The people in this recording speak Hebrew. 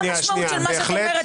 מה המשמעות של מה שאת אומרת,